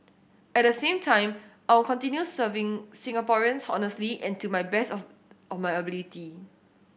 at the same time I will continue serving Singaporeans honestly and to my best of of my ability